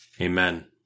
Amen